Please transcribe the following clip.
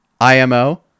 imo